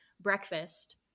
breakfast